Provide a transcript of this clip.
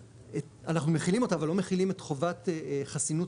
אנחנו מחילים אותה אבל לא מחילים את חובת חסינות